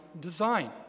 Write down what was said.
design